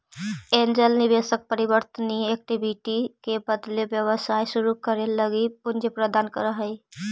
angel निवेशक परिवर्तनीय equity के बदले व्यवसाय शुरू करे लगी पूंजी प्रदान करऽ हइ